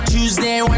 Tuesday